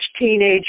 Teenage